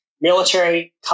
Military